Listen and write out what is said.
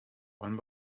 one